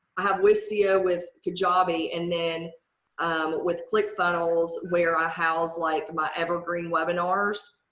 i have with here with kajabi and then with clickfunnels where i house like my evergreen webinars.